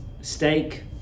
steak